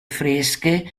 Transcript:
fresche